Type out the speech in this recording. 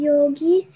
Yogi